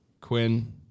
Quinn